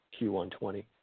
q120